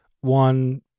one